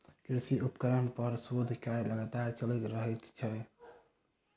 कृषि उपकरण पर शोध कार्य लगातार चलैत रहैत छै